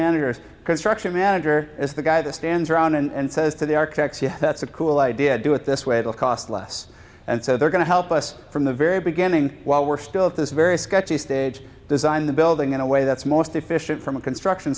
managers construction manager is the guy that stands around and says to the architects yeah that's a cool idea do it this way it'll cost less and so they're going to help us from the very beginning while we're still at this very sketchy stage design the building in a way that's most efficient from a construction